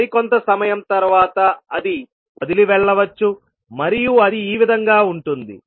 మరి కొంత సమయం తర్వాత అది వదిలి వెళ్ళవచ్చు మరియు అది ఈ విధంగా ఉంటుంది